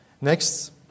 Next